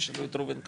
תשאלו את ראובן קוגן.